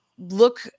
look